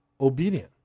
obedient